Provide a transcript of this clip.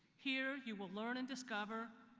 here you will learn and discover,